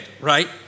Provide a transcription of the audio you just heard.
right